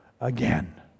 again